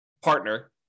partner